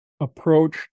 approach